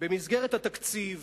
במסגרת התקציב